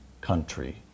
country